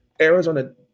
Arizona